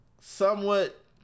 somewhat